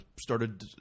started